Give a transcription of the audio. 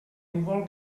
núvol